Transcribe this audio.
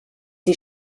die